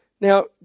now